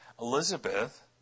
Elizabeth